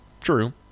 true